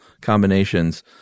combinations